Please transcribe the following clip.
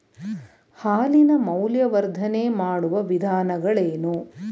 ಹಾಲಿನ ಮೌಲ್ಯವರ್ಧನೆ ಮಾಡುವ ವಿಧಾನಗಳೇನು?